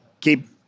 keep